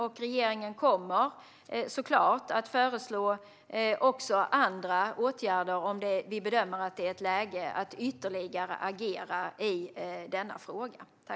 Vi kommer såklart att föreslå också andra åtgärder, om vi bedömer att det blir läge för att ytterligare agera i denna fråga.